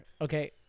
okay